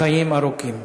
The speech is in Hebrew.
החיים ארוכים.